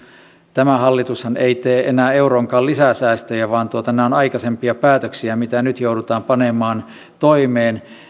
tämä hallitushan ei tee enää euronkaan lisäsäästöjä vaan nämä ovat aikaisempia päätöksiä mitä nyt joudutaan panemaan toimeen